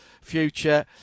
future